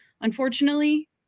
unfortunately